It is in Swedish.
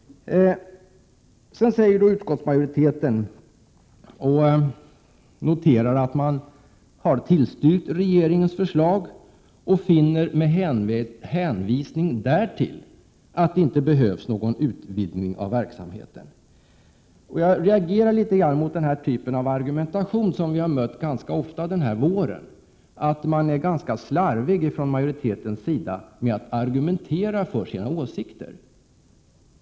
Utskottsmajoriteten noterar att den har tillstyrkt regeringens förslag och finner ”med hänvisning härtill” att det inte behövs någon utvidgning av verksamheten. Jag reagerar litet grand mot den typen av argumentation, som vi har mött ganska ofta nu i vår. Utskottsmajoriteten är ganska slarvig med att argumentera för sina åsikter.